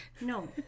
No